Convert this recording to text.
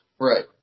Right